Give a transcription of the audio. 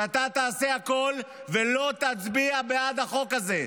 שאתה תעשה הכול ולא תצביע בעד החוק הזה.